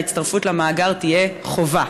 ההצטרפות למאגר תהיה חובה,